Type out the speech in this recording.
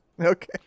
Okay